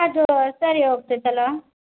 ಅದೂ ಸರಿ ಹೋಗ್ತೈತಲ್ಲವಾ